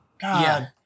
God